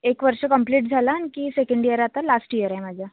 एक वर्ष कम्प्लिट झालं आणखी सेकंड इयर आता लास्ट इयर आहे माझं